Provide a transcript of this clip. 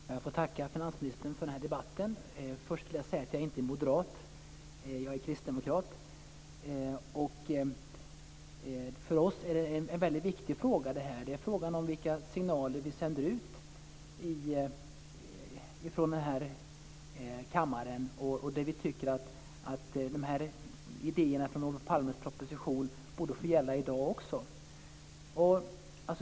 Fru talman! Jag får tacka finansministern för den här debatten. Först vill jag säga att jag inte är moderat. Jag är kristdemokrat. För oss är detta en väldigt viktig fråga. Det är fråga om vilka signaler som vi sänder ut från denna kammare. Vi tycker att idéerna från Olof Palmes proposition borde få gälla i dag också.